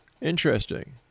Interesting